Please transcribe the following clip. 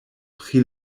pri